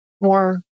more